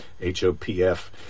H-O-P-F